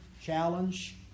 challenge